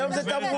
היום זה תמרוקים.